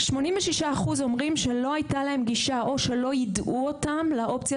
86% אומרים שלא הייתה להם גישה או שלא יידעו אותם לאופציה